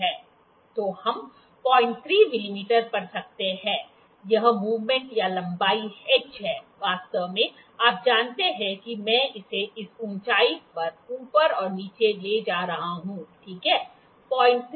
तो हम 03 मिमी पा सकते हैं यह मूवमेंट यह लंबाई h है वास्तव में आप जानते हैं कि मैं इसे इस ऊंचाई पर ऊपर और नीचे ले जा रहा हूं ठीक है